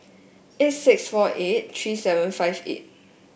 eight six four eight three seven five eight